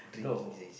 no